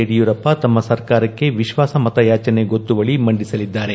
ಯಡಿಯೂರಪ್ಪ ತಮ್ಮ ಸರ್ಕಾರಕ್ಕೆ ವಿಶ್ವಾಸಮತ ಯಾಚನೆ ಗೊತ್ತುವಳಿ ಮಂಡಿಸಲಿದ್ದಾರೆ